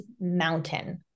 mountain